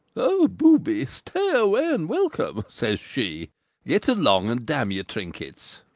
o, booby! stay away and welcome says she get along! and damn your trinkets!